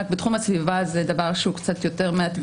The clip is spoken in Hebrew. רק בתחום הסביבה זה דבר שהוא קצת יותר מאתגר.